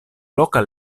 loka